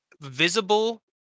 visible